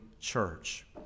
church